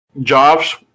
jobs